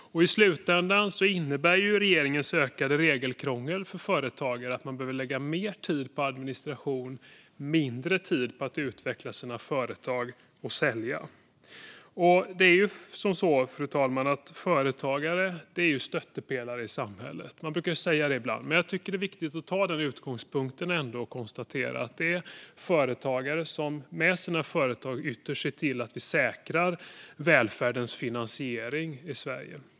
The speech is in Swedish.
I slutändan innebär regeringens ökade regelkrångel att företagare behöver lägga mer tid på administration och mindre tid på att utveckla sina företag och att sälja. Fru talman! Företagare är stöttepelare i samhället, som man brukar säga ibland. Jag tycker att det är viktigt att ta den utgångspunkten och konstatera att det är företagare som med sina företag ytterst ser till att vi säkrar välfärdens finansiering i Sverige.